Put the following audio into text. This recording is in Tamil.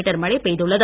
மீட்டர் மழை பெய்துள்ளது